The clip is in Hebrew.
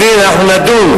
אני מבין, אנחנו נדון.